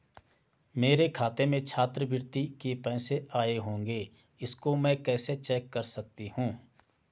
मेरे खाते में छात्रवृत्ति के पैसे आए होंगे इसको मैं कैसे चेक कर सकती हूँ?